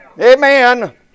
Amen